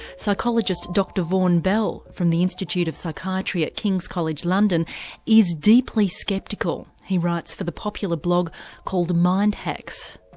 psychologist dr vaughan bell from the institute of psychiatry at kings college london is deeply sceptical. he writes for the popular blog called mind hacks.